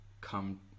come